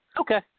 Okay